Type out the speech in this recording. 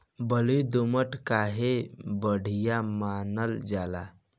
बलुई दोमट काहे बढ़िया मानल जाला?